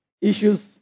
issues